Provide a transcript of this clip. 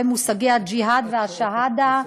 והם מושגי הג'יהאד והשוהדא,